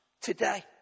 today